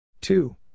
two